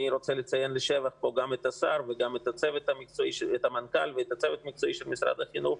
רוצה לציין לשבח את השר והמנכ"ל ואת הצוות המקצועי של משרד החינוך,